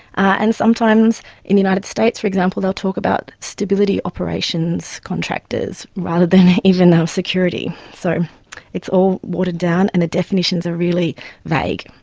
and sometimes in the united states, for example, they'll talk about stability operations contractors rather than even of security. so it's all watered down, and the definitions are really vague.